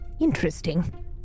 interesting